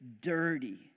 dirty